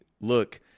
look